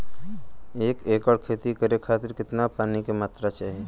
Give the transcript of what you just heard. एक एकड़ खेती करे खातिर कितना पानी के मात्रा चाही?